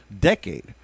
decade